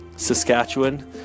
Saskatchewan